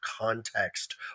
context